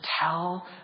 tell